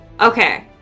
Okay